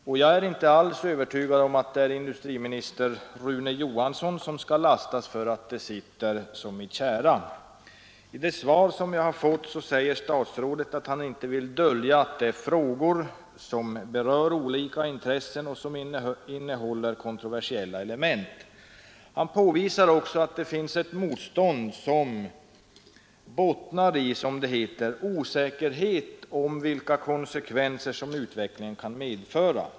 Och jag är inte alls övertygad om att det är statsrådet Rune Johansson som skall lastas för att allting sitter ”som i tjära”. I det svar jag har fått säger statsrådet att det inte finns någon anledning att dölja, att vi här har att göra med frågor som berör många olika intressen och som innehåller kontroversiella element. Statsrådet framhåller också att det finns ”ett motstånd som bottnar i osäkerhet om vilka konsekvenser som utvecklingen kan medföra”.